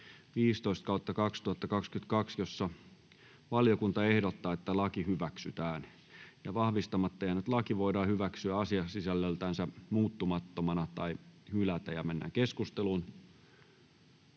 15/2022 vp, jossa valiokunta ehdottaa, että laki hyväksytään. Vahvistamatta jäänyt laki voidaan hyväksyä asiasisällöltään muuttamattomana tai hylätä.